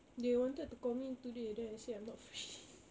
they wanted to call me today then I say I'm not free